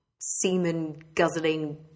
semen-guzzling